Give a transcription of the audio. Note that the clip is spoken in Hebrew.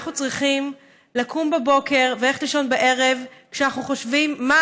אנחנו צריכים לקום בבוקר וללכת לישון בערב כשאנחנו חושבים מה